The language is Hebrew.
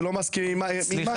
ולא מסכימים עם --- עם מה כן?